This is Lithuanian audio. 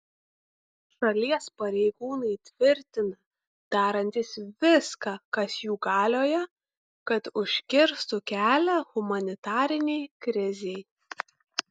šalies pareigūnai tvirtina darantys viską kas jų galioje kad užkirstų kelią humanitarinei krizei